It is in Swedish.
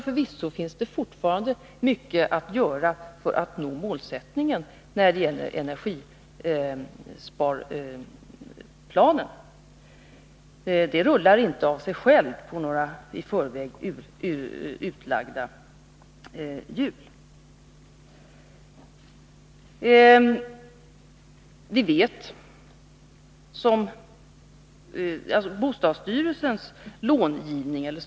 Förvisso finns det fortfarande mycket att göra för att nå målsättningen när det gäller energisparplanen. Den rullar inte av sig själv på några i förväg utlagda skenor.